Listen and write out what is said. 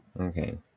Okay